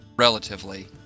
Relatively